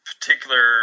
particular